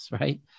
right